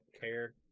care